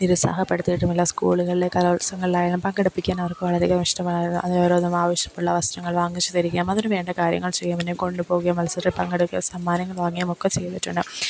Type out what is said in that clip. നിരുസാഹപ്പെടുത്തിയിട്ടുമില്ല സ്കൂളുകളിലെ കലോത്സവങ്ങളിലായാലും പങ്കെടുപ്പിക്കാൻ അവർക്ക് വളരെയധികം ഇഷ്ടമാണ് അതിന് ഓരോന്നും ആവശ്യമുള്ള വസ്ത്രങ്ങൾ വാങ്ങിച്ച് തരികയും അതിനുവേണ്ട കാര്യങ്ങൾ ചെയ്യും എന്നെ കൊണ്ട് പോവുകയും മത്സരത്തിൽ പങ്കെടുക്കുകയും സമ്മാനങ്ങൾ വാങ്ങുകയും ഒക്കെ ചെയ്തിട്ടുണ്ട്